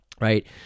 right